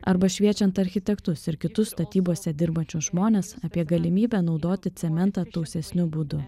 arba šviečiant architektus ir kitus statybose dirbančius žmones apie galimybę naudoti cementą tausesniu būdu